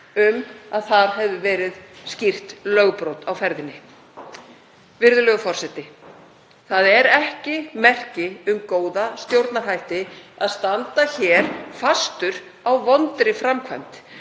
um að þar hefði skýrt lögbrot verið á ferðinni. Virðulegur forseti. Það er ekki merki um góða stjórnarhætti að standa hér fastur á vondri framkvæmd.